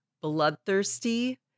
bloodthirsty